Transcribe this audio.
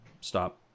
stop